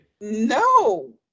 No